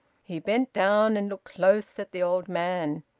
he bent down and looked close at the old man.